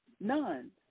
none